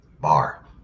Bar